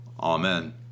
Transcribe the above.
Amen